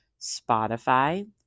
Spotify